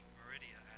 Meridia